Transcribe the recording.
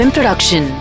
Production